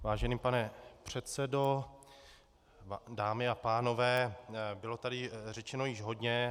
Vážený pane předsedo, dámy a pánové, bylo tady řečeno již hodně.